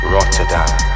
Rotterdam